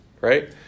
right